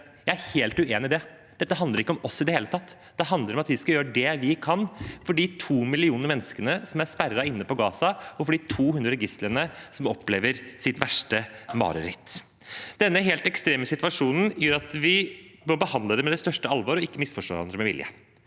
Jeg er helt uenig i det. Dette handler ikke om oss det hele tatt. Det handler om at vi skal gjøre det vi kan for de to millioner menneskene som er sperret inne på Gaza, og for de 200 gislene som opplever sitt verste mareritt. Denne helt ekstreme situasjonen gjør at vi bør behandle det med det største alvor og ikke misforstå hverandre med vilje.